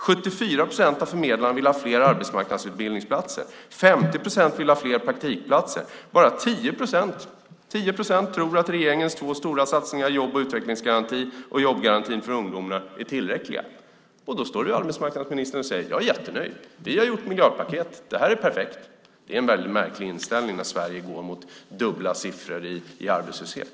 74 procent av förmedlarna vill ha fler arbetsmarknadsutbildningsplatser; 50 procent vill ha fler praktikplatser. Bara 10 procent tror att regeringens två stora satsningar, jobb och utvecklingsgarantin och jobbgarantin för ungdomar, är tillräckliga. Samtidigt står arbetsmarknadsministern och säger: Jag är jättenöjd. Vi har gjort miljardpaket. Det här är perfekt. Det är en väldigt märklig inställning när Sverige går mot en tvåsiffrig arbetslöshet.